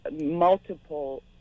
multiple